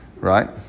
Right